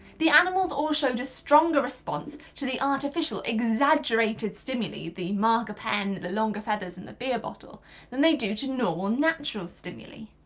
the animals all showed a stronger response to the artificial, exaggerated stimuli the the marker pen, the longer feathers, n' and the beer bottle than they do to normal natural stimuli.